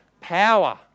Power